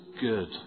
good